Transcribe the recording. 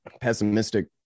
pessimistic